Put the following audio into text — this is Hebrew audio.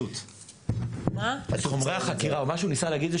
מה שהוא ניסה להגיד זה